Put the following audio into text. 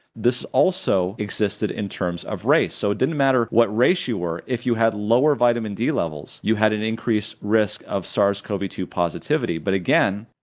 this also existed in terms of race, so it didn't matter what race you were if you had lower vitamin d levels you had an increased risk of sars cov two positivity, but again,